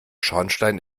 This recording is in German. schornstein